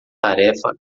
tarefa